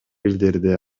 билдирди